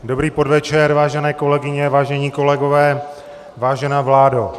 Dobrý podvečer, vážené kolegyně, vážení kolegové, vážená vládo.